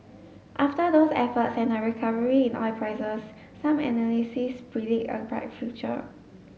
after those efforts and a recovery in oil prices some analysis predict a bright future